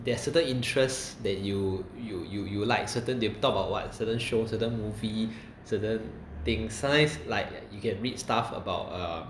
there are certain interest that you you you you like certain they talk about what certain shows certain movie certain things sometimes like you can read stuff about uh